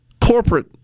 corporate